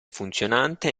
funzionante